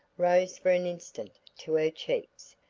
rose for an instant to her cheeks,